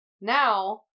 now